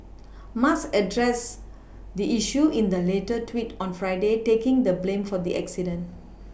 Musk addressed the issue in the later tweet on Friday taking the blame for the accident